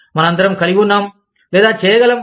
మనమందరం కలిగివున్నాం లేదా చేయగలము